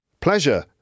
Pleasure